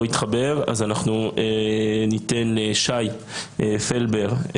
אנחנו ניתן לשי פלבר,